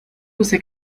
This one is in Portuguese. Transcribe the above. você